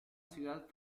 ciudad